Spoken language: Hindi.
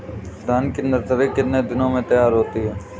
धान की नर्सरी कितने दिनों में तैयार होती है?